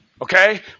Okay